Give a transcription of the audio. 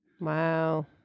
Wow